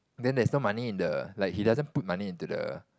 then there's no money in the like he doesn't put money into the